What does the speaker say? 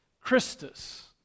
Christus